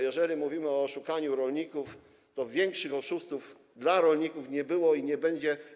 Jeżeli mówimy o oszukaniu rolników, to większych oszustów dla rolników niż PSL nie było i nie będzie.